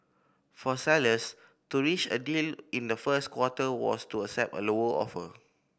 for sellers to reach a deal in the first quarter was to accept a lower offer